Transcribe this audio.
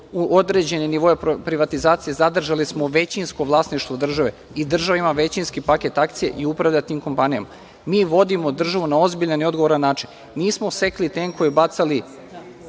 u određene nivoe privatizacija zadržali smo većinsko vlasništvo države i država ima većinski paket akcija i upravlja tim kompanijama. Mi vodimo državu na ozbiljan i odgovoran način. Nismo sekli tenkove i bacali